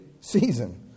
season